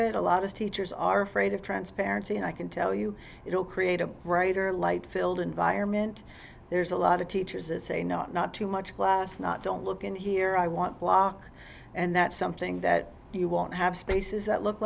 it a lot of teachers are afraid of transparency and i can tell you it will create a brighter light filled environment there's a lot of teachers is a not not too much class not don't look in here i want block and that's something that you won't have spaces that look